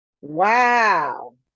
wow